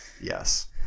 yes